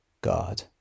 God